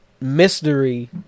mystery